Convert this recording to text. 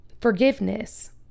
forgiveness